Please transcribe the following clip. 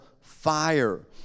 fire